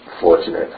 fortunate